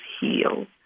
heal